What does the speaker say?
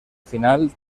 final